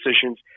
decisions